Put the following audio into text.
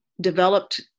developed